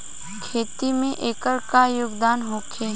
खेती में एकर का योगदान होखे?